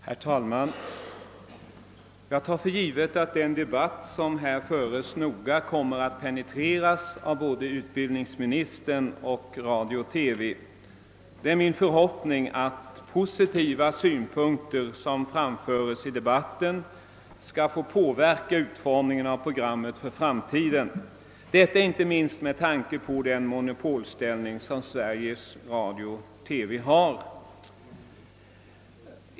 Herr talman! Jag tar för givet att den debatt som här föres noga kommer att penetreras av både utbildningsministern och Sveriges Radio-TV. Det är min förhoppning att positiva synpunkter som framförs under debatten skall få påverka utformningen av programmen i framtiden — detta inte minst med tanke på den monopolställning som Sveriges Radio-TV har.